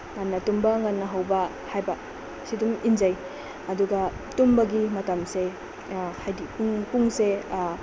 ꯉꯟꯅ ꯇꯨꯝꯕ ꯉꯟꯅ ꯍꯧꯕ ꯍꯥꯏꯕ ꯁꯤ ꯗꯨꯝ ꯏꯟꯖꯩ ꯑꯗꯨꯒ ꯇꯨꯝꯕꯒꯤ ꯃꯇꯝꯁꯦ ꯍꯥꯏꯗꯤ ꯄꯨꯡꯁꯦ